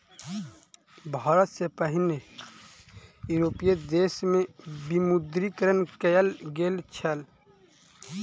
भारत सॅ पहिने यूरोपीय देश में विमुद्रीकरण कयल गेल छल